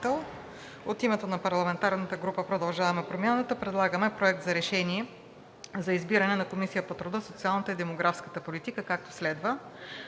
от името на парламентарната група на „Продължаваме Промяната“ предлагаме: „Проект! РЕШЕНИЕ за избиране на Комисия по труда, социалната и демографската политика Народното